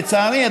לצערי,